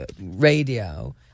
radio